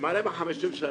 למעלה מ-50 שנה,